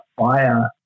fire